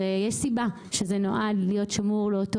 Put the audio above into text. יש סיבה שזה נועד להיות שמור לאותו